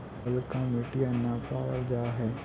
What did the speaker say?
ललका मिटीया न पाबल जा है?